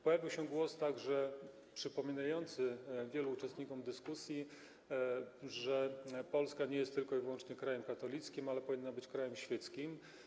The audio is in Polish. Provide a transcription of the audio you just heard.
Pojawił się także głos przypominający wielu uczestnikom dyskusji, że Polska nie jest tylko i wyłącznie krajem katolickim, ale że też powinna być krajem świeckim.